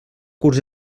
curs